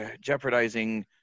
jeopardizing